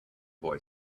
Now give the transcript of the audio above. boy